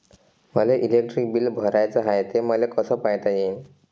मले electric bill भराचं हाय, ते मले कस पायता येईन?